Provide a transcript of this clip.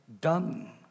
done